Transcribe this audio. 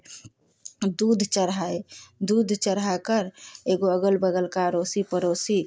दूध चढ़ाए दूध चढ़ाकर एगो अगल बगल का अरोसी पड़ोसी